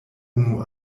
unu